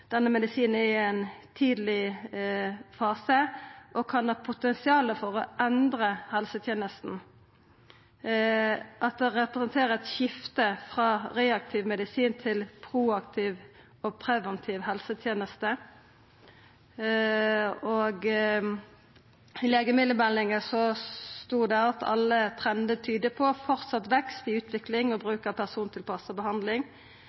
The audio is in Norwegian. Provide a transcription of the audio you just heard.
denne medisinen er i ein tidleg fase og kan ha potensial til å endra helsetenesta, at det representerer eit skifte frå reaktiv medisin til proaktiv og preventiv helseteneste. Og i legemiddelmeldinga stod det at alle trendar tyder på framleis vekst i utvikling og bruk av persontilpassa behandling.